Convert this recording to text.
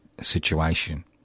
situation